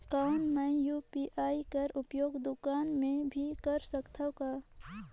कौन मै यू.पी.आई कर उपयोग दुकान मे भी कर सकथव का?